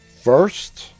first